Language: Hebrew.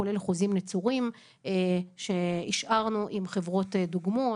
כולל חוזים נצורים שהשארנו עם חברות דוגמות,